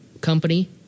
company